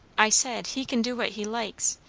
i said, he kin do what he likes.